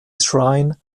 shrine